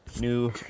new